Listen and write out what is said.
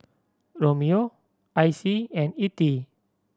Romeo Icey and Ettie